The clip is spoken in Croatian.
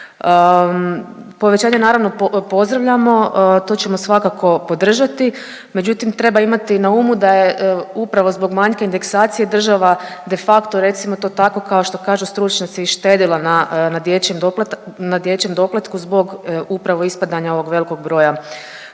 Povećanje naravno pozdravljamo, to ćemo svakako podržati, međutim treba imati na umu da je upravo zbog manjka indeksacije država de facto recimo to tako kao što kažu stručnjaci štedila na, na dječjem dopl…, na dječjem doplatku zbog upravo ispadanja ovog velikog broja